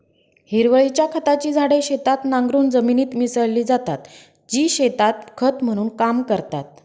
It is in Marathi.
हिरवळीच्या खताची झाडे शेतात नांगरून जमिनीत मिसळली जातात, जी शेतात खत म्हणून काम करतात